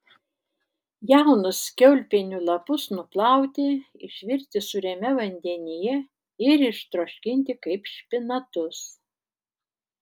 jaunus kiaulpienių lapus nuplauti išvirti sūriame vandenyje ir ištroškinti kaip špinatus